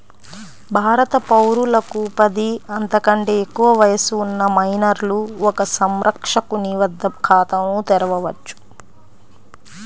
భారత పౌరులకు పది, అంతకంటే ఎక్కువ వయస్సు ఉన్న మైనర్లు ఒక సంరక్షకుని వద్ద ఖాతాను తెరవవచ్చు